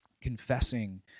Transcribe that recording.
confessing